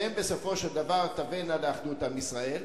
שהן בסופו של דבר תבאנה לאחדות עם ישראל.